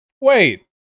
Wait